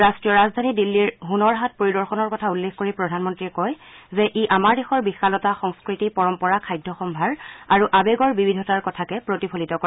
ৰাষ্ট্ৰীয় ৰাজধানী দিল্লীৰ হুনৰ হাট পৰিদৰ্শনৰ কথা উল্লেখ কৰি প্ৰধানমন্ত্ৰীয়ে কয় যে ই আমাৰ দেশৰ বিশালতা সংস্কৃতি পৰম্পৰা খাদ্যসম্ভাৰ আৰু আৱেগৰ বিবিধতাৰ কথাকে প্ৰতিফলিত কৰে